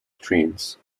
trains